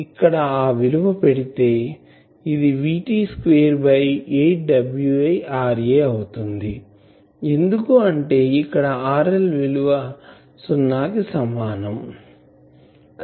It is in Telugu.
ఇక్కడ ఆ విలువ పెడితే ఇది VT square by 8 Wi RA అవుతుంది ఎందుకు అంటే ఇక్కడ RL విలువ సున్నా కి సమానం